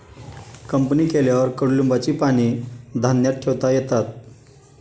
company केल्यावर कडुलिंबाची पाने धान्यात ठेवता येतात